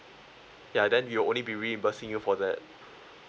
ya then we will only be reimbursing you for that